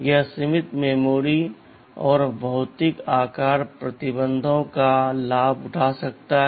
यह सीमित मेमोरी और भौतिक आकार प्रतिबंधों का लाभ उठा सकता है